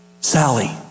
Sally